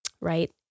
Right